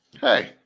Hey